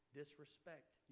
disrespect